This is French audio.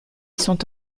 sont